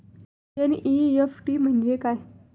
NEFT म्हणजे काय?